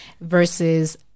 versus